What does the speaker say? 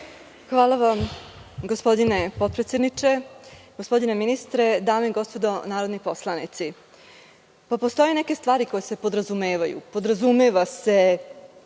Hvala gospodine potpredsedniče, gospodine ministre, dame i gospodo narodni poslanici, postoje neke stvari koje se podrazumevaju. Podrazumeva se